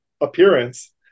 appearance